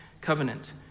covenant